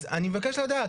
אז אני מבקש לדעת,